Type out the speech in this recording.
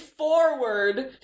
forward